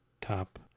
top